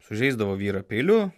sužeisdavo vyrą peiliu